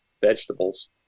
vegetables